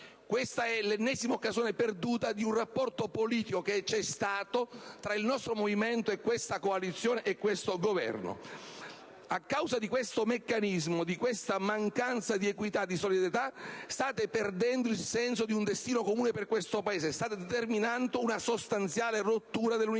Questa è l'ennesima occasione perduta nel rapporto politico che c'è stato tra il nostro movimento con l'attuale coalizione e con questo Governo. A causa di tale meccanismo, in cui mancate di equità e di solidarietà, state perdendo il senso di un destino comune di questo Paese; state determinando la rottura dell'unità